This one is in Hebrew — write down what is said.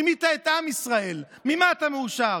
רימית את עם ישראל, ממה אתה מאושר?